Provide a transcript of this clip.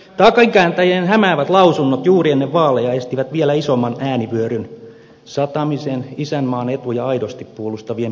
takinkääntäjien hämäävät lausunnot juuri ennen vaaleja estivät vielä isomman äänivyöryn satamisen isänmaan etuja aidosti puolustavien perussuomalaisten laariin